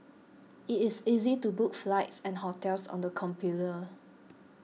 it is easy to book flights and hotels on the computer